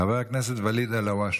חבר הכנסת ואליד אלהואשלה.